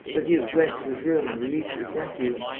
the duke went to his room and released his nephew.